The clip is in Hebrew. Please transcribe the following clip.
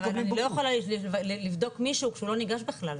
אבל אני לא יכולה לפגוש מישהו שהוא לא ניגש בכלל,